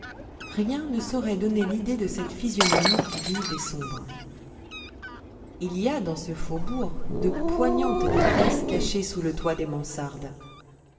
rien ne saurait donner l'idée de cette physionomie vive et sombre il y a dans ce faubourg de poignantes détresses cachées sous le toit des mansardes